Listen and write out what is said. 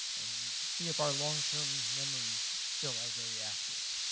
and see if our long-term memories still are very active.